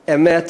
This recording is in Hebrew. אמת,